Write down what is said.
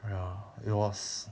ya it was